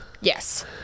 Yes